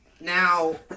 Now